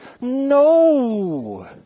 No